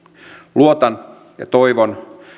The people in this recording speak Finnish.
luotan ja toivon